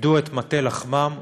איבדו את מטה לחמם,